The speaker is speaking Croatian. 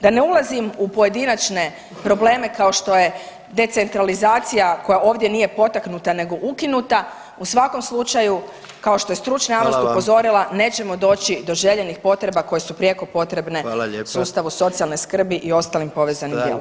Da ne ulazim u pojedinačne probleme kao što je decentralizacija koja ovdje nije potaknuta, nego ukinuta u svakom slučaju kao što je stručna javnost upozorila nećemo doći do željenih potreba koje su prijeko potrebne sustavu socijalne skrbi i ostalim povezanim djelatnostima.